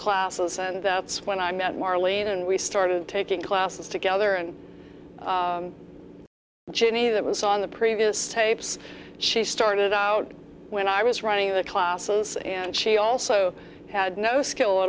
classes and that's when i met marlene and we started taking classes together and jenny that was on the previous tapes she started out when i was running the classes and she also had no skill